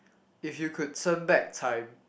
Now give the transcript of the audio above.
if you could turn back time